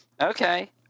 Okay